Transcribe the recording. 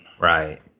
Right